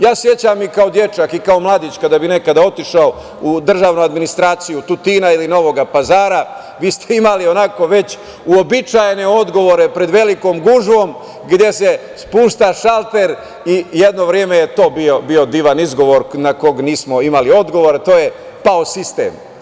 Ja se sećam i kao dečak, i kao mladić kada bih nekada otišao u državnu administraciju Tutina ili Novog Pazara, vi ste imali već uobičajene odgovore pred velikom gužvom gde se spušta šalter i jedno vreme je to bio divan izgovor na koga nismo imali odgovor, a to je pao sistem.